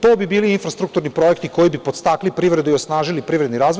To bi bili infrastrukturni projekti koji bi podstakli privredu i osnažili privredni razvoj.